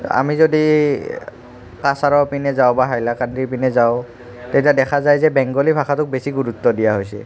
আমি যদি কাছাৰৰ পিনে যাওঁ বা হাইলাকান্দিৰ পিনে যাওঁ তেতিয়া দেখা যায় যে বেংগলী ভাষাটোক বেছি গুৰুত্ব হৈছে